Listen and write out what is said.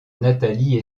nathalie